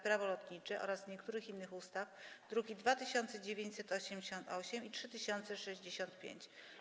Prawo lotnicze oraz niektórych innych ustaw (druki nr 2988 i 3065)